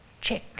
Check